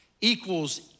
equals